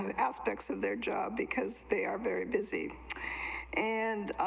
and-aspects of their job because they are very busy and,